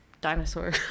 dinosaur